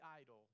idol